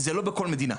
זה לא בכל מדינה,